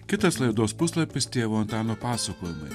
kitas laidos puslapis tėvo antano pasakojimai